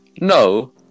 No